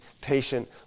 patient